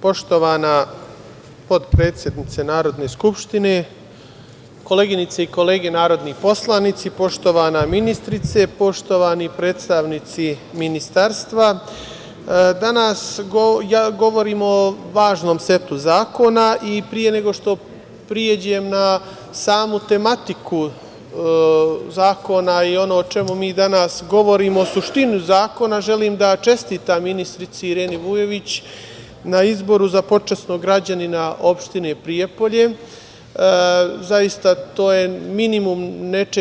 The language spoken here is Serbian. Poštovana potpredsednice Narodne skupštine, koleginice i kolege narodni poslanici, poštovana ministarka, poštovani predstavnici Ministarstva, danas govorimo o važnom setu zakona i pre nego što pređem na samu tematiku zakona i ono o čemu mi danas govorimo, suštinu zakona, želim da čestitam ministarki Ireni Vujović na izboru za Počasnog građanina opštine Prijepolje, zaista, to je minimum